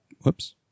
Whoops